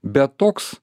bet toks